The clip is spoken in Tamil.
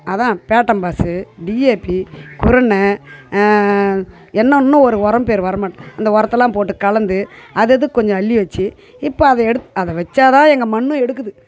அதுதான் பேட்டம்பாஸ் டிஏபி குருணை என்ன இன்னும் ஒரு உரம் பேர் வர மாட்டேது அந்த உரத்தலாம் போட்டுக் கலந்து அது அதுக்குக் கொஞ்சம் அள்ளி வச்சு இப்போ அதை எடுத்து அதை வச்சால்தான் எங்கள் மண்ணும் எடுக்குது